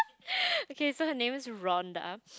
okay so her name is Ronda